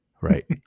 Right